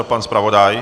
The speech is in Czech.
Pan zpravodaj?